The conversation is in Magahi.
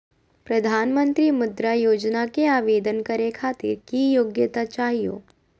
प्रधानमंत्री मुद्रा योजना के आवेदन करै खातिर की योग्यता चाहियो?